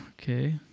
Okay